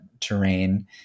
terrain